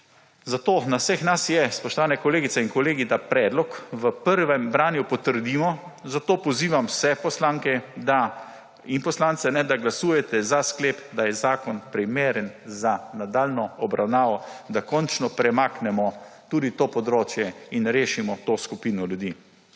Na vseh nas je, spoštovane kolegice in kolegi, da predlog v prvem branju potrdimo, zato pozivam vse poslanke in poslance, da glasujete za sklep, da je zakon primeren za nadaljnjo obravnavo, da končno premaknemo tudi to področje in rešimo to skupino ljudi.